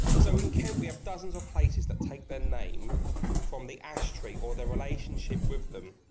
so in kent we have dozens of places that take their name from the ash tree or the relationship with them